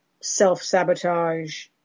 self-sabotage